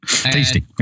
Tasty